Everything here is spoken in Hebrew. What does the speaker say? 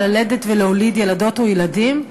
וללדת ולהוליד ילדות וילדים,